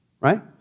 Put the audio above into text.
Right